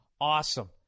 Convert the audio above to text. awesome